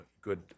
good